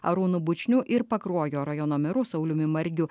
arūnu bučniu ir pakruojo rajono meru sauliumi margiu